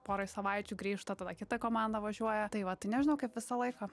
porai savaičių grįžta tada kita komanda važiuoja tai va tai nežinau kaip visą laiką